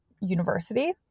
university